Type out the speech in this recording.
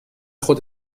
خود